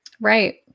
Right